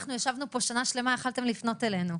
אנחנו ישבנו פה שנה שלמה ויכולתם לפנות אלינו.